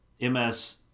MS